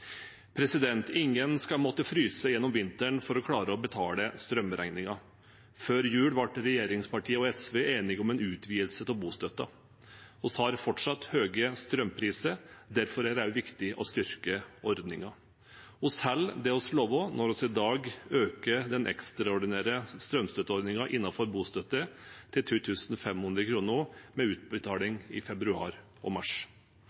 velferdstilbudet. Ingen skal måtte fryse gjennom vinteren for å klare å betale strømregningen. Før jul ble regjeringspartiene og SV enige om en utvidelse av bostøtten. Vi har fortsatt høye strømpriser, og derfor er det også viktig å styrke ordningen. Vi holder det vi lover når vi i dag øker den ekstraordinære strømstøtteordningen innenfor bostøtte til 2 500 kr med utbetaling i februar og mars.